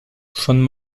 schon